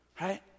right